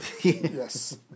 Yes